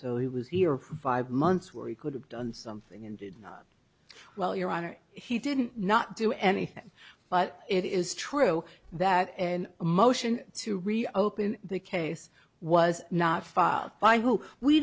so he was here for five months where he could have done something and did well your honor he didn't not do anything but it is true that and a motion to reopen the case was not filed by who we